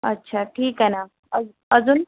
अच्छा ठीक आहे ना अज अजून